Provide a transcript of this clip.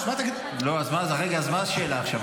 אז מה השאלה עכשיו?